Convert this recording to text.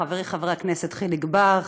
חברי חבר הכנסת חיליק בר,